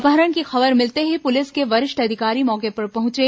अपहरण की खबर मिलते ही पुलिस के वरिष्ठ अधिकारी मौके पर पहुंचे